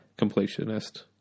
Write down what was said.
completionist